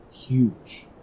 huge